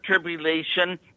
tribulation